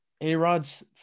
A-Rod's